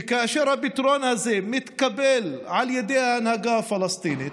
וכאשר הפתרון הזה מתקבל על ידי ההנהגה הפלסטינית,